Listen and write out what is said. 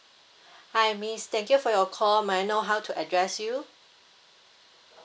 hi miss thank you for your call may I know how to address you